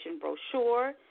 brochure